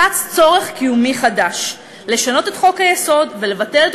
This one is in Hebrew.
צץ צורך קיומי חדש לשנות את חוק-היסוד ולבטל את